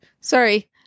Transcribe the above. Sorry